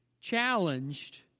challenged